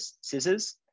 Scissors